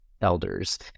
elders